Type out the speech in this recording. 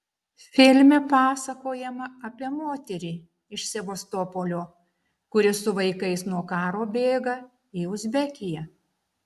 filme pasakojama apie moterį iš sevastopolio kuri su vaikais nuo karo bėga į uzbekiją